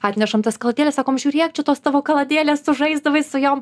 atnešam tas kaladėles sakom žiūrėk čia tos tavo kaladėlės tu žaisdavai su jom